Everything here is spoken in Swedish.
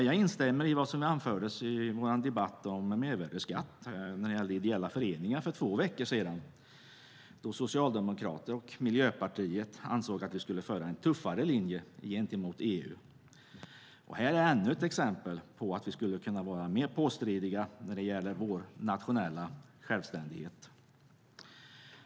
Jag instämmer i vad som anfördes i debatten om mervärdesskatt och ideella föreningar för två veckor sedan då Socialdemokraterna och Miljöpartiet ansåg att vi skulle föra en tuffare linje gentemot EU. Här är ännu ett exempel på att vi skulle kunna vara mer påstridiga när det gäller vår nationella självständighet.